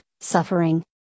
suffering